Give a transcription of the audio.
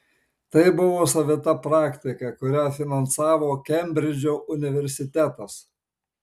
tai buvo savita praktika kurią finansavo kembridžo universitetas